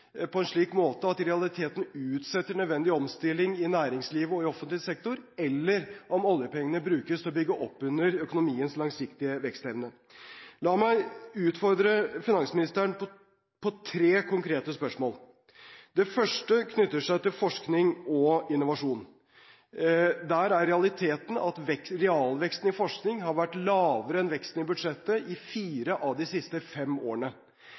på en slik måte at vi i realiteten utsetter nødvendig omstilling i næringslivet og offentlig sektor, eller om oljepengene brukes til å bygge opp under økonomiens langsiktige vekstevne. La meg utfordre finansministeren på tre konkrete spørsmål. Det første knytter seg til forskning og innovasjon. Der er realiteten at realveksten i forskning har vært lavere enn veksten i budsjettet i fire av de siste fem årene.